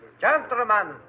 Gentlemen